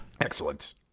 Excellent